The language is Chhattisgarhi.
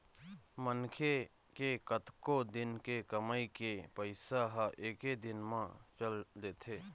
मनखे के कतको दिन के कमई के पइसा ह एके दिन म चल देथे